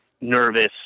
nervous